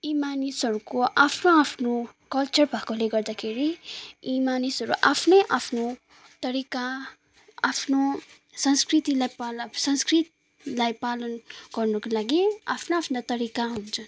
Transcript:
यी मानिसहरूको आफ्नो आफ्नो कल्चर भएकोले गर्दाखेरि यी मानिसहरू आफ्नै आफ्नो तरिका आफ्नो संस्कृतिलाई पाल संस्कृतिलाई पालन गर्नुको लागि आफ्ना आफ्ना तरिका हुन्छ